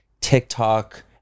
TikTok